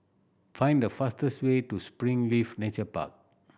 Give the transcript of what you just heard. find the fastest way to Springleaf Nature Park